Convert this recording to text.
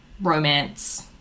romance